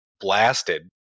blasted